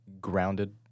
Grounded